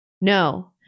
No